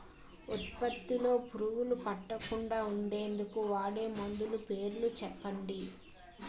ఉత్పత్తి లొ పురుగులు పట్టకుండా ఉండేందుకు వాడే మందులు పేర్లు చెప్పండీ?